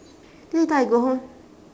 then later I go home